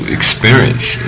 experience